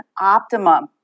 optimum